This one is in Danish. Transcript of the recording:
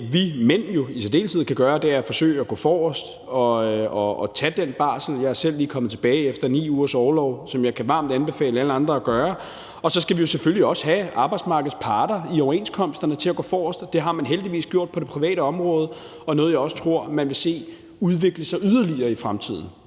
det, vi mænd jo i særdeleshed kan gøre, er at forsøge at gå forrest og tage den barsel. Jeg er selv lige kommet tilbage efter 9 ugers orlov, og jeg kan varmt anbefale alle andre at tage den barsel. Og så skal vi selvfølgelig også have arbejdsmarkedets parter til i overenskomsterne at gå forrest. Det har man heldigvis gjort det på det private område, og det er også noget, jeg tror man vil se udvikle sig yderligere i fremtiden.